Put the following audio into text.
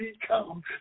become